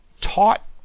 taught